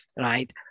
right